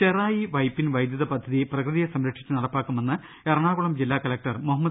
ചെറായി വൈപ്പിൻ വൈദ്യുത പദ്ധതി പ്രകൃതിയെ സംരക്ഷിച്ച് നടപ്പാക്കു മെന്ന് എറണാകുളം ജില്ലാ കലക്ടർ മുഹമ്മദ്